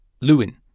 Lewin